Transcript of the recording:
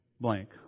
blank